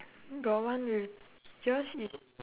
got one with yours is